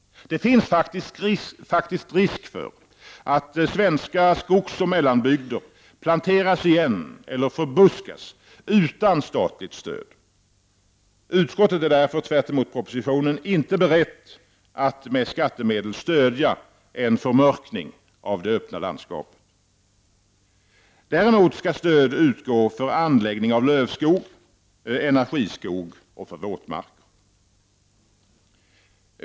Det finns faktiskt risk för att svenska skogsoch mellanbygder planteras igen eller förbuskas även utan statligt stöd. Utskottet är, tvärtemot propositionen, inte berett att med skattemedel stödja en förmörkning av det öppna landskapet. Däremot skall stöd utgå för anläggning av lövskog, energiskog och våtmarker.